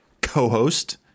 co-host